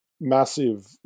massive